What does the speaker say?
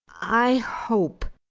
i hope,